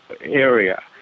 area